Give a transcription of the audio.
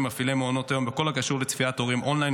וממפעילי מעונות היום בכל הקשור לצפיית הורים אונליין,